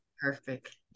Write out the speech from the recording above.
Perfect